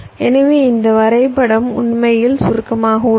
எனவே இந்த வரைபடம் உண்மையில் சுருக்கமாக உள்ளது